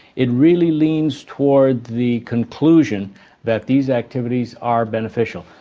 it really leans towards the conclusion that these activities are beneficial.